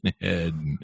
head